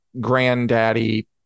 granddaddy